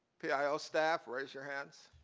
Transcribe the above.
pio staff, raise your hands.